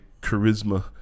charisma